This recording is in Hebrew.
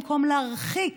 במקום להרחיק